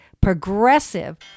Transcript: progressive